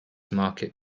market